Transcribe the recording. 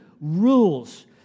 rules